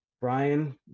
Brian